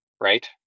right